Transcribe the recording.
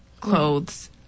clothes